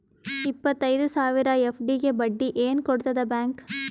ಇಪ್ಪತ್ತೈದು ಸಾವಿರ ಎಫ್.ಡಿ ಗೆ ಬಡ್ಡಿ ಏನ ಕೊಡತದ ಬ್ಯಾಂಕ್?